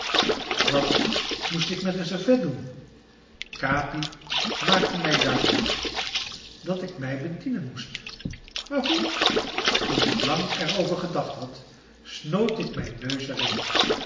wat moest ik met een servet doen capi maakte mij duidelijk dat ik mij bedienen moest maar hoe toen ik lang er over gedacht had snoot ik mijn neus